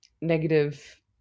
negative